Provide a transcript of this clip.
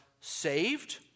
saved